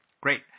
great